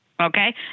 okay